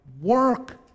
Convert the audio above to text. work